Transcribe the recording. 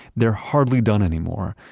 they're hardly done anymore.